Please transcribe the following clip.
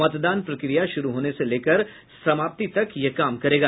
मतदान प्रक्रिया शुरू होने से लेकर समाप्ति तक यह काम करेगा